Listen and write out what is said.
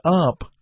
up